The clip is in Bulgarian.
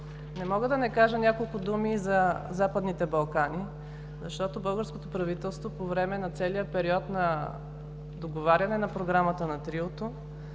Не мога да не кажа няколко думи и за Западните Балкани, защото българското правителство, по време на целия период на договаряне на програмата на Триото,